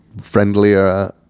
friendlier